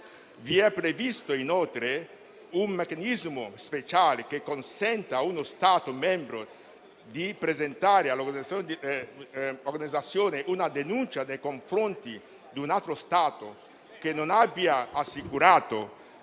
È previsto inoltre un meccanismo speciale, che consente a uno Stato membro di presentare all'Organizzazione una denuncia nei confronti di un altro Stato che non abbia assicurato